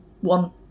one